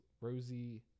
Rosie